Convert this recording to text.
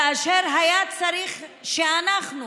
כאשר היה צריך שאנחנו,